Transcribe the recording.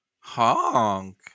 Honk